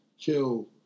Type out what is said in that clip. kill